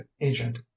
agent